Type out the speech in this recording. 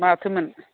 माथोमोन